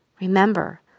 Remember